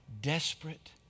desperate